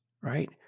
right